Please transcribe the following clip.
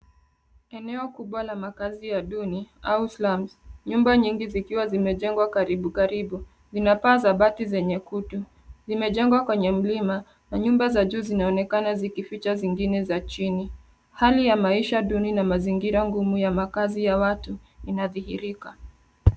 Eneo kubwa la makazi ya duni au slums nyumba nyingi zikiwa zimejengwa karibu karibu zina paa za bati zenye kutu, zimejengwa kwenye mlima ,nyumba za juu zinaonekana zikificha zingine za chini ,hali ya maisha duni na mazingira ngumu ya makazi ya watu inadhihirika.